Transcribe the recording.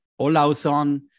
Olauson